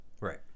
Right